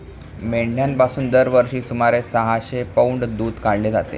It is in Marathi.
मेंढ्यांपासून दरवर्षी सुमारे सहाशे पौंड दूध काढले जाते